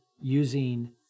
using